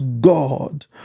God